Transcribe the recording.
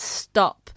stop